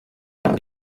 hari